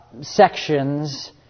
sections